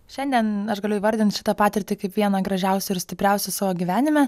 šiandien aš galiu įvardint šitą patirtį kaip vieną gražiausių ir stipriausią savo gyvenime